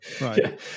right